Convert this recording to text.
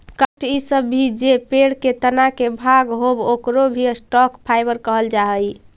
काष्ठ इ सब भी जे पेड़ के तना के भाग होवऽ, ओकरो भी स्टॉक फाइवर कहल जा हई